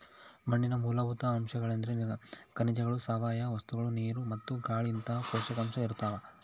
ಮಣ್ಣಿನ ಮೂಲಭೂತ ಅಂಶಗಳೆಂದ್ರೆ ಖನಿಜಗಳು ಸಾವಯವ ವಸ್ತುಗಳು ನೀರು ಮತ್ತು ಗಾಳಿಇಂತಹ ಪೋಷಕಾಂಶ ಇರ್ತಾವ